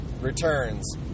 returns